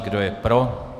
Kdo je pro?